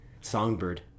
Songbird